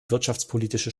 wirtschaftspolitische